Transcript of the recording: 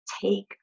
take